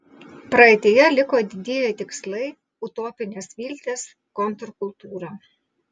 praeityje liko didieji tikslai utopinės viltys kontrkultūra